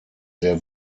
sehr